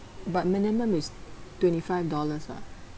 but minimum is twenty five dollars ah